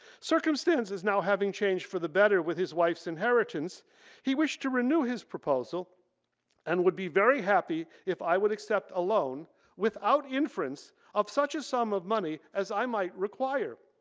circumstances now having changed for the better with his wife's inheritance he wished to renew his proposal and would be very happy if i would accept a loan without inference of such a sum of money as i might require.